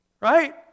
right